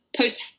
post